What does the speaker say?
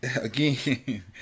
again